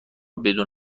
بدون